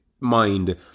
mind